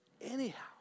anyhow